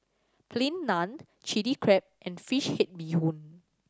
Plain Naan Chilli Crab and fish head bee hoon